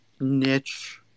niche